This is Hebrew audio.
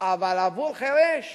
אבל עבור חירש